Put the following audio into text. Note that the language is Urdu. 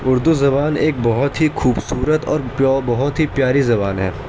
اردو زبان ایک بہت ہی خوبصورت اور بہت ہی پیاری زبان ہے